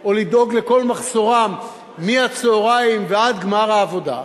או לדאוג לכל מחסורם מהצהריים ועד גמר העבודה,